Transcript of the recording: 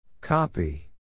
Copy